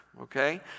okay